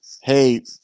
Hey